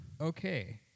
okay